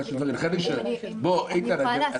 איתן,